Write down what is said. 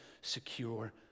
secure